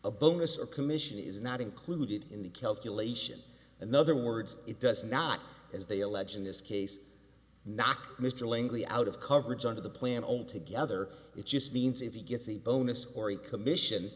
a bonus or commission is not included in the calculation another words it does not as they allege in this case not mr langley out of coverage under the plan only together it just means if he gets a bonus or a commission